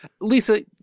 Lisa